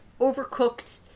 overcooked